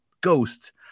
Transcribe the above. ghost's